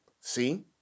see